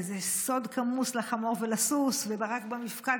וזה סוד כמוס לחמור ולסוס ורק במפקד